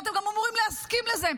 ואתם גם אמורים להסכים לזה.